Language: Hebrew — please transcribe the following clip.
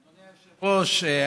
אדוני היושב-ראש,